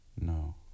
no